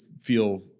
feel